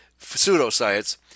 pseudoscience